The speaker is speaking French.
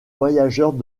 voyageurs